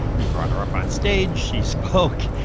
he brought her up on stage. she spoke.